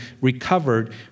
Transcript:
recovered